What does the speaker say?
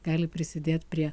gali prisidėt prie